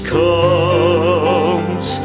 comes